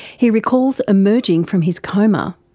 he recalls emerging from his coma,